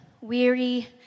weary